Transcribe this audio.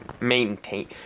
maintain